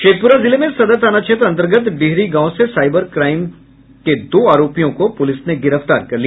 शेखपुरा जिले में सदर थाना क्षेत्र अंतर्गत डिहरी गांव से साइबर क्राइम के दो आरोपी को पुलिस ने गिरफ्तार किया